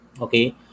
okay